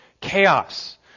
chaos